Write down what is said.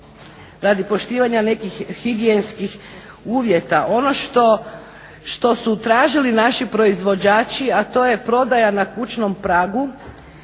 radi poštivanja nekih higijenskih uvjeta. Ono što su tražili naši proizvođači a to je prodaja na kućnom pragu